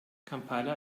kampala